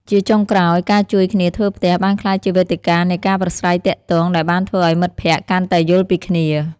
ជាចុងក្រោយ ការជួយគ្នាធ្វើផ្ទះបានក្លាយជាវេទិការនៃការប្រាស្រ័យទាក់ទងដែលបានធ្វើឲ្យមិត្តភក្តិកាន់តែយល់ពីគ្នា។